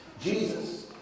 Jesus